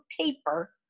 paper